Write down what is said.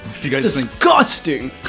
disgusting